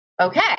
okay